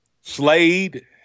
Slade